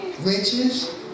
riches